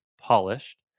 polished